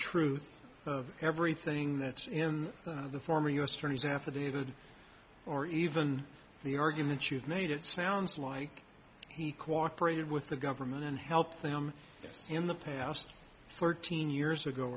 truth of everything that's in the former u s attorney's affidavit or even the arguments you've made it sounds like he cooperated with the government and helped them in the past thirteen years ago